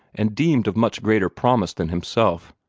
and deemed of much greater promise than himself,